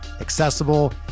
accessible